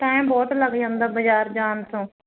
time ਬਹੁਤ ਲੱਗ ਜਾਂਦਾ ਬਾਜ਼ਾਰ ਜਾਣ ਤੋਂ